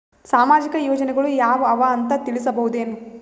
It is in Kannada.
ಸಾಮಾಜಿಕ ಯೋಜನೆಗಳು ಯಾವ ಅವ ಅಂತ ತಿಳಸಬಹುದೇನು?